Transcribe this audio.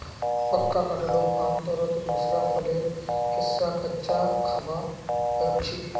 पक्का कटहलक आमतौरत दूसरा फलेर हिस्सा कच्चा खबा सख छि